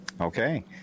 Okay